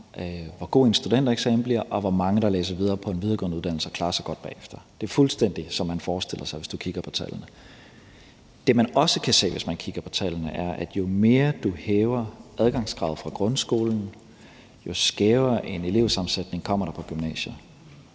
hvor god en studentereksamen man får, og hvor mange der læser videre på en videregående uddannelse og klarer sig godt bagefter. Det er fuldstændig, som man forestiller sig, hvis man kigger på tallene. Det, man også kan se, hvis man kigger på tallene, er, at jo mere du hæver adgangskravet fra grundskolen, jo skævere en elevsammensætning kommer der på gymnasiet.